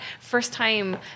first-time